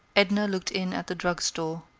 edna looked in at the drug store.